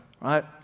right